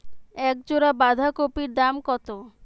এক জোড়া বাঁধাকপির দাম কত?